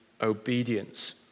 obedience